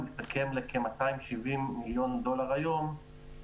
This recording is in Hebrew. מסתכם בכ-270 מיליון דולר היום.